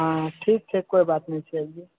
हँ ठीक छै कोइ बात नहि छै आबियौ